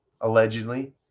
allegedly